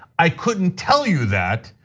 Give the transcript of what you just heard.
i couldn't tell you that,